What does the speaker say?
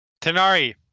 Tenari